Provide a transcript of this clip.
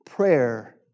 prayer